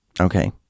okay